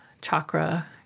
chakra